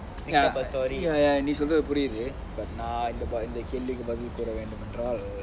but நா இந்த கேள்விக்கு பதில் கூர வேணும் என்றால்:naa intha kelviku pathil koora venum endraal